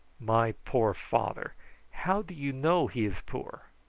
my poor father how do you know he is poor?